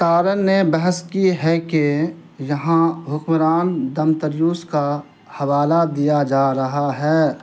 تارن نے بحث کی ہے کہ یہاں حکمران دمتریوس کا حوالہ دیا جا رہا ہے